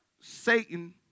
Satan